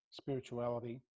spirituality